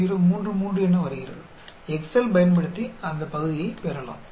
033 என வருகிறது எக்செல் பயன்படுத்தி அந்த பகுதியைப் பெறலாம்